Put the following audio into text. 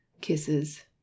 kisses